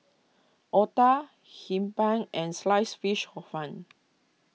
Otah Hee Pan and Sliced Fish Hor Fun